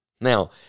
Now